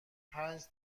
پنج